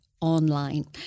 online